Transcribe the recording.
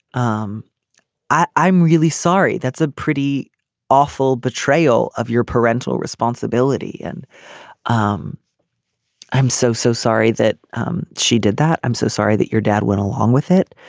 um i'm really sorry. that's a pretty awful betrayal of your parental responsibility. and um i'm so so sorry that she did that. i'm so sorry that your dad went along with it.